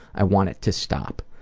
i want it to stop.